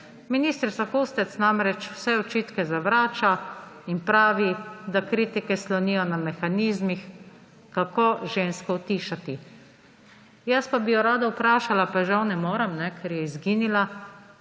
Ministrica Kustec namreč vse očitke zavrača in pravi, da kritike slonijo na mehanizmih, kako žensko utišati. Jaz pa bi jo rada vprašala, pa je žal ne morem, ker je izginila,